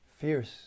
fierce